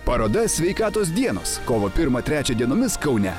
paroda sveikatos dienos kovo pirmą trečią dienomis kaune